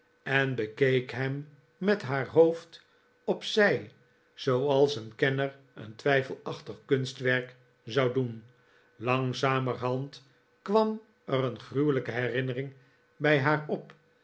en bekeek hem met haar hoofd op zij zooals een kenner een twijfelachtig kunstwerk zou doen langzamerhand kwam er een gruwelijke herinnering bij haar op